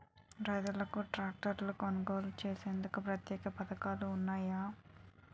రైతులకు ట్రాక్టర్లు కొనుగోలు చేసేందుకు ప్రత్యేక పథకాలు ఉన్నాయా?